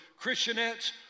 Christianettes